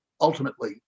ultimately